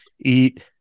eat